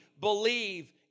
believe